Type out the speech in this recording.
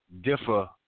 differ